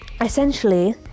essentially